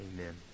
Amen